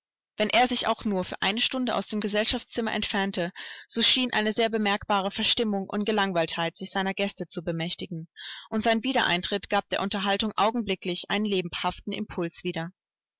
wenn er sich auch nur für eine stunde aus dem gesellschaftszimmer entfernte so schien eine sehr bemerkbare verstimmung und gelangweiltheit sich seiner gäste zu bemächtigen und sein wiedereintritt gab der unterhaltung augenblicklich einen lebhaften impuls wieder